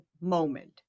moment